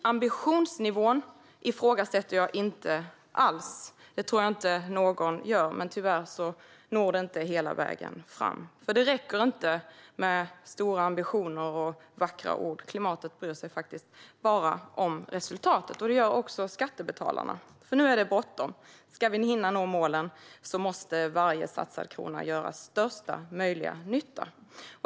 Jag ifrågasätter inte alls ambitionsnivån - det gör nog ingen - men tyvärr når den inte hela vägen fram. Det räcker inte med stora ambitioner och vackra ord. Klimatet bryr sig bara om resultatet, och det gör också skattebetalarna. Nu är det bråttom. Ska vi hinna nå målen måste varje satsad krona göra största möjliga nytta.